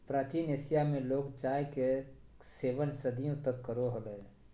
प्राचीन एशिया में लोग चाय के सेवन सदियों तक करो हलय